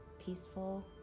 peaceful